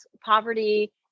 poverty